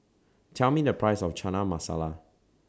Tell Me The Price of Chana Masala